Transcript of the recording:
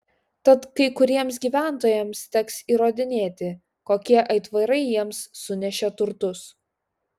tad kai kuriems gyventojams teks įrodinėti kokie aitvarai jiems sunešė turtus